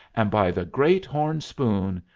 and, by the great horn spoon,